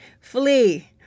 flee